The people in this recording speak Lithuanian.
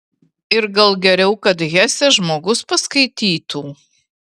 ir gal geriau kad hesę žmogus paskaitytų